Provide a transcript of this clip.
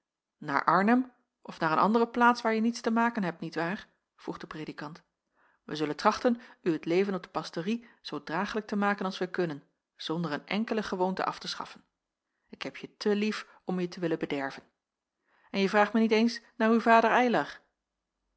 naar arnhem of naar een andere plaats waar je niets te maken hebt niet waar vroeg de predikant wij zullen trachten u het leven op de pastorie zoo draaglijk te maken als wij kunnen zonder een enkele gewoonte af te schaffen ik heb je te lief om je te willen bederven en je vraagt mij niet eens naar uw vader